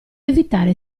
evitare